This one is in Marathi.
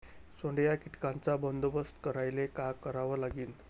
सोंडे या कीटकांचा बंदोबस्त करायले का करावं लागीन?